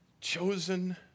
Chosen